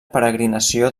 peregrinació